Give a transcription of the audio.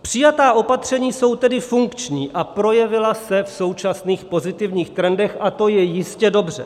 Přijatá opatření jsou tedy funkční a projevila se v současných pozitivních trendech a to je jistě dobře.